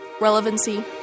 relevancy